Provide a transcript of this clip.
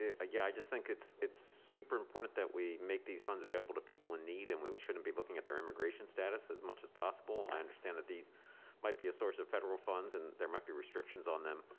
ah ah yeah. i just think it's it's super important that we make these funds available to people in need. and we we shouldn't be looking at their immigration status as much as possible. i understand that these might be a source of federal funds and there might be restrictions on them.